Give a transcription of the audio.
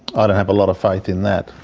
i don't have a lot of faith in that,